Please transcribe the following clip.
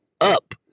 up